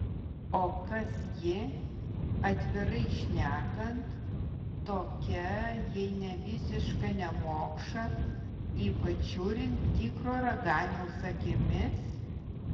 o kas ji atvirai šnekant tokia jei ne visiška nemokša ypač žiūrint tikro raganiaus akimis